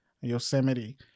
Yosemite